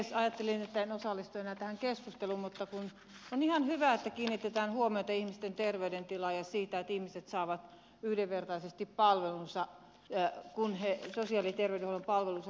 ajattelin että en osallistu enää tähän keskusteluun mutta on ihan hyvä että kiinnitetään huomiota ihmisten terveydentilaan ja siihen että ihmiset saavat yhdenvertaisesti sosiaali ja terveydenhuollon palvelunsa kun he niitä tarvitsevat